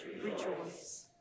rejoice